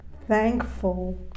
thankful